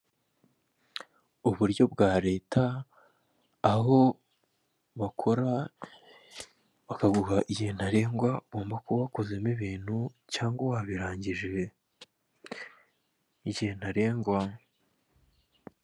Uburyo bwa leta, aho bakora bakaguha igihe ntarengwa ugomba kuba wakozemo ibintu, cyangwa wabirangije: "igihe ntarengwa".